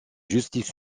justice